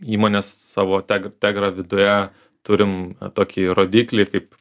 įmonės savo teg tegra viduje turim tokį rodiklį kaip